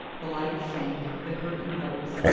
the lights sank, the curtain rose,